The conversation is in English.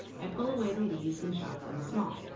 i pull away the leaves and chop them small.